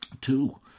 Two